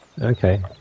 Okay